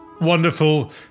wonderful